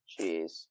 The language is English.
Jeez